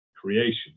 creation